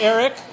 Eric